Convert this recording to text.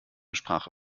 sprache